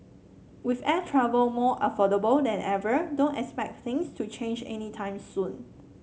with air travel more affordable than ever don't expect things to change any time soon